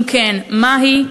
3. אם כן, מה היא?